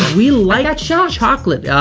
we like chocolate, ah,